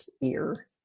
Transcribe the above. ear